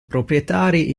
proprietari